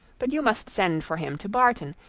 but you must send for him to barton,